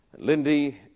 Lindy